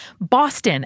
Boston